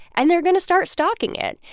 and they're going to start stocking it.